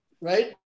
right